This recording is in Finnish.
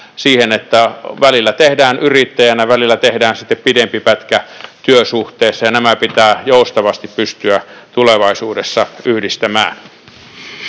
että välillä tehdään yrittäjänä, välillä tehdään sitten pidempi pätkä työsuhteessa. Nämä pitää joustavasti pystyä tulevaisuudessa yhdistämään.